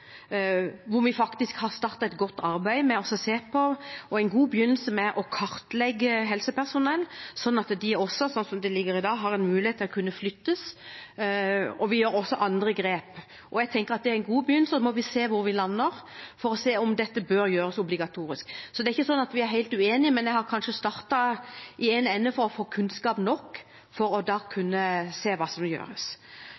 hvor vi har startet et godt arbeid med å kartlegge helsepersonell, slik at de, slik som det ligger i dag, har en mulighet til å kunne flyttes, og vi gjør også andre grep. Jeg tenker at det er en god begynnelse, og så må vi se hvor vi lander, for å se om dette bør gjøres obligatorisk. Det er ikke slik at vi er helt uenige, men jeg har startet i én ende for å få kunnskap nok, for å